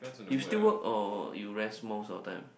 you still work or you rest most your time